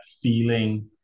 feeling